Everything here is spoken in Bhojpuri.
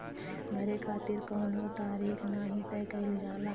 भरे खातिर कउनो तारीख नाही तय कईल जाला